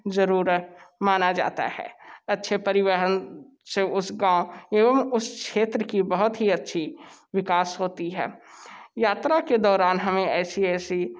जरूरत माना जाता है अच्छे परिवहन से उस गाँव एवं उस क्षेत्र की बहुत ही अच्छी विकास होती है यात्रा के दौरान हमें ऐसी ऐसी